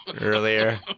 earlier